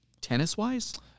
tennis-wise